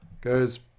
goes